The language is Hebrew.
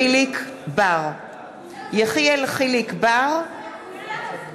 זה אחרי ההצבעה הזאת.